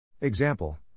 Example